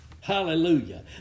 Hallelujah